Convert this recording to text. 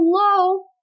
hello